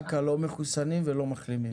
רק לא מחוסנים ולא מחלימים.